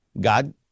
God